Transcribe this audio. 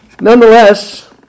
Nonetheless